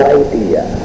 idea